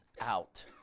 out